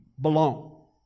Belong